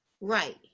right